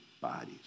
bodies